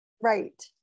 right